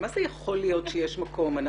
מה זה יכול להיות שיש מקום לשמוע את עמדות הציבור?